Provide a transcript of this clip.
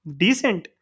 decent